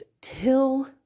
till